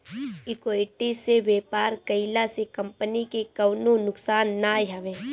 equity से व्यापार कईला से कंपनी के कवनो नुकसान नाइ हवे